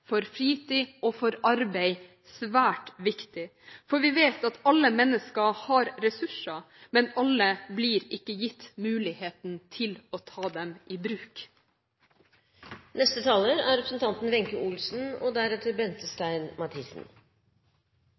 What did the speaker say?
for fritid og for arbeid, svært viktig, for vi vet at alle mennesker har ressurser, men alle blir ikke gitt muligheten til å ta dem i bruk.